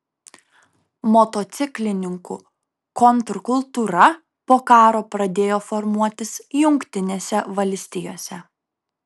motociklininkų kontrkultūra po karo pradėjo formuotis jungtinėse valstijose